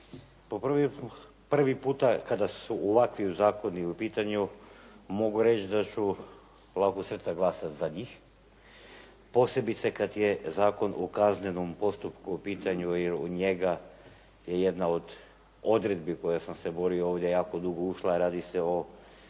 Prvi puta kada su ovakvi zakoni u pitanju mogu reći da ću lakog srca glasat za njih, posebice kad je Zakon o kaznenom postupku u pitanju jer u njega je jedna od odredbi o kojoj sam se borio ovdje jako dugo, ušla, a radi se o